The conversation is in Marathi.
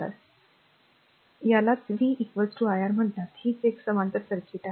म्हणून आता ओहमच्या नियमानुसार v r यालाच V r i r म्हणतात हीच एक समांतर सर्किट आहे